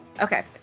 Okay